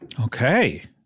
okay